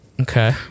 Okay